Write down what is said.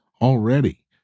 already